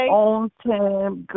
on-time